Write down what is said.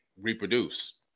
reproduce